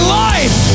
life